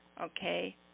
okay